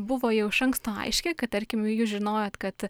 buvo jau iš anksto aiški kad tarkim jūs žinojot kad